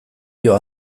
dio